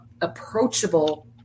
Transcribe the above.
approachable